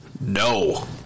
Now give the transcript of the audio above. no